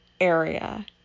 area